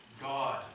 God